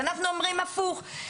אנחנו אומרים הפוך.